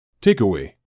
Takeaway